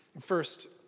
First